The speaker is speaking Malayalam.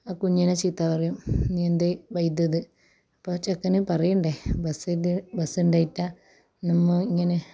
ആ കുഞ്ഞിനെ ചീത്ത പറയും നീ എന്തേ വൈകിയത് അപ്പോൾ ആ ചെക്കന് പറയണ്ടേ ബസിൽ ബസ് ഉണ്ടായിറ്റാ നമ്മൾ ഇങ്ങനെ